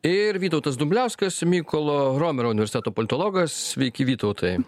ir vytautas dumbliauskas mykolo romerio universiteto politologas sveiki vytautai